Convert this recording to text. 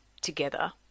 together